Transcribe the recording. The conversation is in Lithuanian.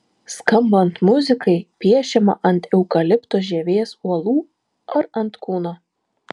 skambant muzikai piešiama ant eukalipto žievės uolų ar ant kūno